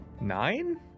Nine